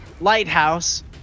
lighthouse